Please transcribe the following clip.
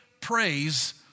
praise